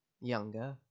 younger